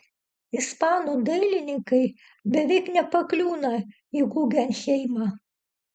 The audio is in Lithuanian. ispanų dailininkai beveik nepakliūna į gugenheimą